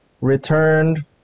returned